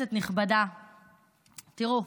כנסת נכבדה, תראו,